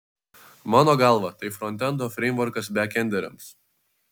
mano galva tai frontendo freimvorkas bekenderiams